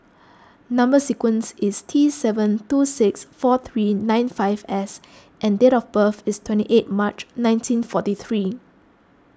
Number Sequence is T seven two six four three nine five S and date of birth is twenty eight March nineteen forty three